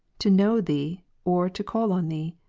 to know thee or to call on thee?